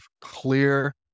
clear